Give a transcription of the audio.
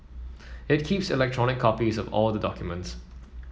it keeps electronic copies of all the documents